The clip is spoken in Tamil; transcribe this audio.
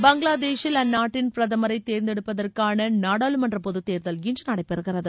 பங்களாதேசில் அந்நாட்டின் பிரதமரை தேர்ந்தெடுப்பதற்கான நாடாளுமன்ற பொதுத்தேர்தல் இன்று நடைபெறுகிறது